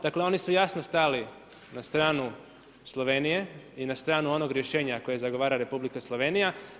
Dakle su jasno stali na stranu Slovenije i na stranu onog rješenja koje zagovara Republika Slovenija.